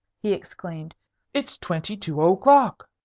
he exclaimed it's twenty-two o'clock.